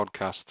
podcasts